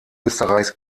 österreichs